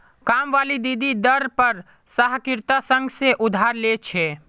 कामवाली दीदी दर पर सहकारिता संघ से उधार ले छे